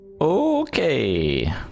Okay